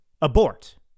abort